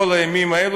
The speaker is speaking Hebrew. כל הימים האלה,